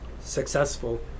successful